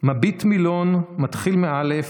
מביט מילון, מתחיל מא'